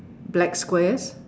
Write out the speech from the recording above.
black squares